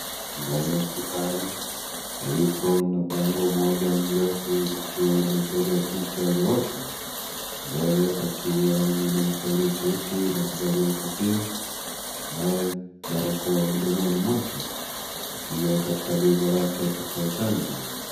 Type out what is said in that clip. Ndani ya hospitali, palilpo na bango moja mrefu likiwa limechorwa chorwa picha za watu mbele pakiwa ni mwanamke aliyeketi na kuvalia kofia , naye barakoa mdomoni mwake akiwa katika bega lake apokea chanjo.